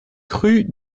rue